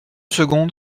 seconde